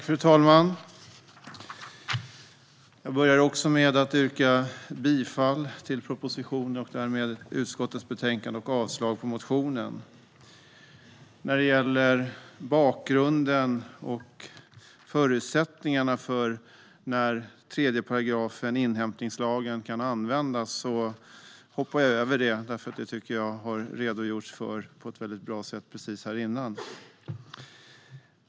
Fru talman! Jag börjar med att yrka bifall till propositionen och därmed förslaget i utskottets betänkande och avslag på motionen. När det gäller bakgrunden och förutsättningarna för när 3 § inhämtningslagen kan användas hoppar jag över det, för jag tycker att det har redogjorts för på ett bra sätt alldeles nyss.